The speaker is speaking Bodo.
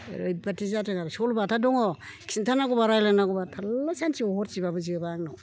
ओरैबादि जादों आरो सल' बाथा दङ खिन्था नांगौब्ला रायज्लाय नांगौब्ला थारला सानसे हरसेब्लाबो जोबा आंनाव